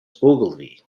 ogilvie